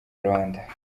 rwanda